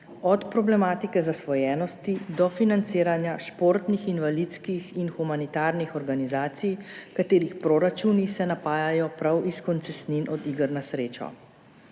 od problematike zasvojenosti do financiranja športnih, invalidskih in humanitarnih organizacij, katerih proračuni se napajajo prav iz koncesnin od iger na srečo.